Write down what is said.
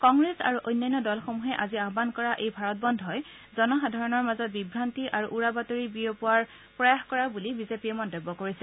কংগ্ৰেছ আৰু অন্যান্য দলসমূহে আজি আহান কৰা এই ভাৰত বন্ধই জনসাধাৰণৰ মাজত বিভান্তি আৰু উৰা বাতৰি বিয়পোৱাৰ প্ৰয়াস কৰা বুলি বিজেপিয়ে মন্তব্য কৰিছে